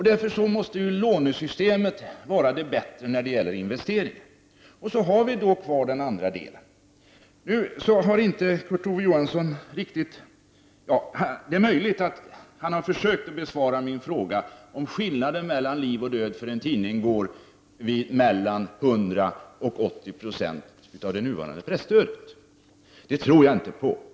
Därför måste lånesystemet vara bättre när det gäller investeringar. Det är möjligt att Kurt Ove Johansson har försökt besvara min fråga, om skillnaden mellan liv och död för en tidning går mellan 100 och 80 96 av det nuvarande presstödet. Jag tror inte det.